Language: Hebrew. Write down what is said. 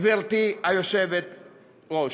גברתי היושבת-ראש.